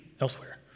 elsewhere